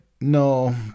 no